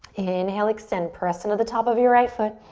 inhale, extend. press into the top of your right foot.